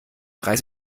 reiße